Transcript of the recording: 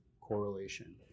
correlation